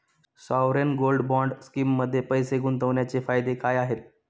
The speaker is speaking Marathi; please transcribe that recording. सॉवरेन गोल्ड बॉण्ड स्कीममध्ये पैसे गुंतवण्याचे फायदे काय आहेत?